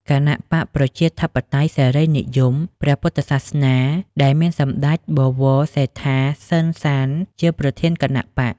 គណបក្សប្រជាធិបតេយ្យសេរីនិយម ព្រះពុទ្ធសាសនា ដែលមានសម្តេចបវរសេដ្ឋា សឺន សាន ជាប្រធានគណបក្ស។